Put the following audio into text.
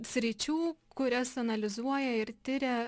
sričių kurias analizuoja ir tiria